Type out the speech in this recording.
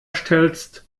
stellst